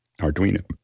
Arduino